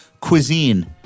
cuisine